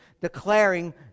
declaring